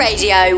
Radio